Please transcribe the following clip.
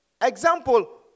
example